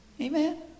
Amen